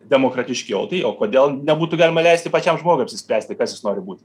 demokratiškiau tai o kodėl nebūtų galima leisti pačiam žmogui apsispręsti kas jis nori būti